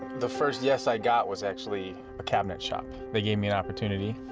the first yes i got was actually a cabinet shop. they gave me an opportunity.